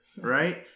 right